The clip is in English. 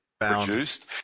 produced